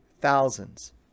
thousands